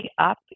up